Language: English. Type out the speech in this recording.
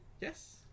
Yes